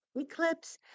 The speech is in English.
Eclipse